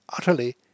Utterly